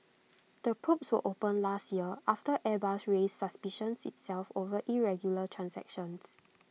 the probes were opened last year after airbus raised suspicions itself over irregular transactions